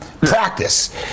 Practice